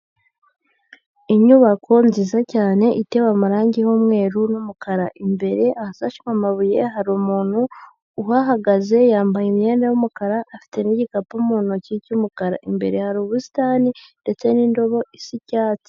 Inyubako nziza cyane itewe amarangi y'umweru n'umukara. Imbere ahasashwe amabuye hari umuntu uhahagaze yambaye imyenda y'umukara afite n'igikapu mu ntoki cy'umukara. Imbere hari ubusitani ndetse n'indobo isa icyatsi.